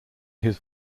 his